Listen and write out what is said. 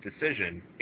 decision